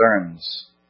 concerns